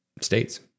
states